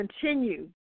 continue